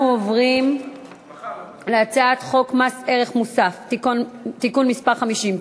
אנחנו עוברים להצעת חוק מס ערך מוסף (תיקון מס' 50),